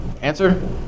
Answer